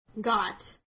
got